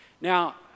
Now